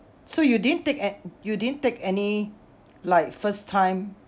so you didn't take an~ you didn't take any like first time